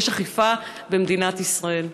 יש אכיפה במדינת ישראל.